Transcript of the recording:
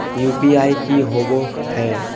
UPI की होबो है?